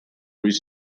reach